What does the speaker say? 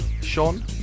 Sean